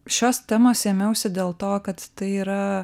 šios temos ėmiausi dėl to kad tai yra